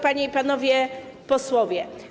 Panie i Panowie Posłowie!